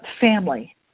family